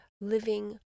living